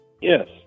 Yes